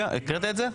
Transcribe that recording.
הקראת את זה?